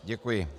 Děkuji.